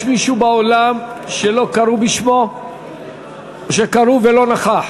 יש מישהו באולם שלא קראו בשמו או שקראו ולא נכח?